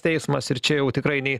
teismas ir čia jau tikrai nei